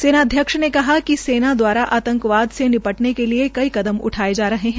सेनाध्यक्ष ने कहा कि सेना दवारा आंतकवाद से निपटने के लिये कई कदम उठाये जा रहे है